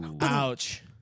Ouch